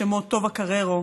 השמות: טובה קררו,